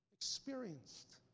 experienced